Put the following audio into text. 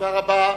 תודה רבה.